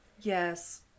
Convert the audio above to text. Yes